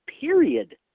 period